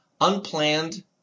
unplanned